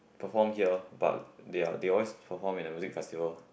perform there but they are they always perform in music festival